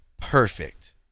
perfect